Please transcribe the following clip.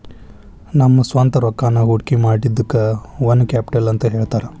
ನಮ್ದ ಸ್ವಂತ್ ರೊಕ್ಕಾನ ಹೊಡ್ಕಿಮಾಡಿದಕ್ಕ ಓನ್ ಕ್ಯಾಪಿಟಲ್ ಅಂತ್ ಹೇಳ್ತಾರ